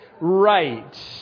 right